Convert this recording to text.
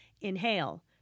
Inhale